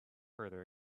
further